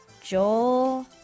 Joel